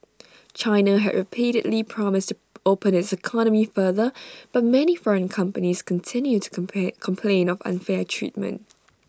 China has repeatedly promised to open its economy further but many foreign companies continue to come pay complain of unfair treatment